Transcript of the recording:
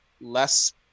less